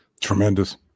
Tremendous